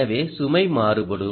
எனவே சுமை மாறுபடும்